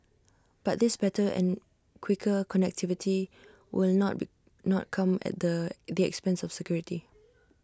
but this better and quicker connectivity will not not come at the the expense of security